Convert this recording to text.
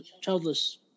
childless